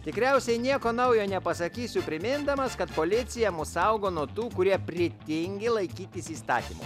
tikriausiai nieko naujo nepasakysiu primindamas kad policija mus saugo nuo tų kurie pritingi laikytis įstatymų